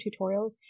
tutorials